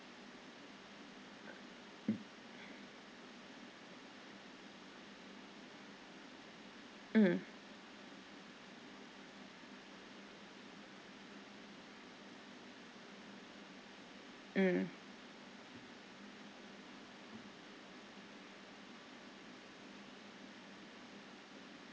mmhmm mm